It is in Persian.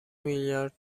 میلیارد